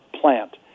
plant